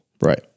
Right